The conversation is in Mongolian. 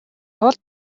тулд